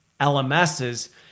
LMSs